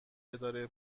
اداره